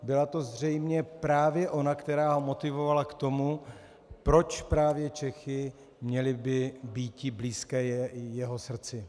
Byla to zřejmě právě ona, která ho motivovala k tomu, proč právě Čechy měly být blízké jeho srdci.